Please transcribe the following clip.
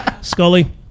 Scully